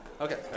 okay